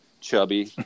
chubby